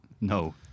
No